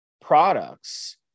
products